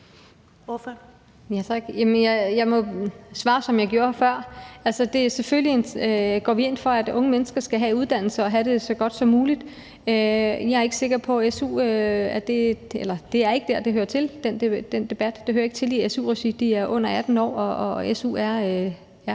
Jeg må svare, som jeg gjorde før. Altså, selvfølgelig går vi ind for, at unge mennesker skal have uddannelse og have det så godt som muligt. Men det er ikke der, den debat hører til. Den hører ikke til i su-regi. De her studerende er under 18 år, og su er for